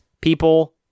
people